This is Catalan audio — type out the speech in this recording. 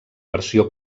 versió